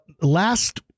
last